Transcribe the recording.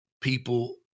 people